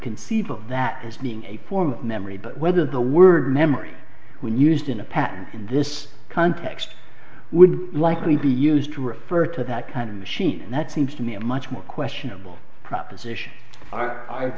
conceive of that as being a form of memory but whether the word memory when used in a pattern in this context would likely be used to refer to that kind of machine that seems to me a much more questionable proposition